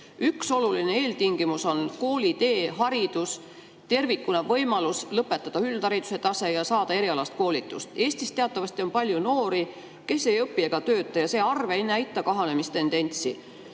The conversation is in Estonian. Üks oluline eeltingimus on koolitee, haridus tervikuna, võimalus lõpetada üldhariduse tase ja saada erialast koolitust. Eestis teatavasti on palju noori, kes ei õpi ega tööta, ja see arv ei näita kahanemistendentsi.